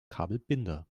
kabelbinder